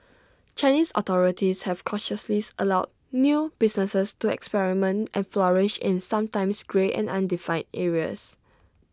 Chinese authorities have cautiously allowed new businesses to experiment and flourish in sometimes grey and undefined areas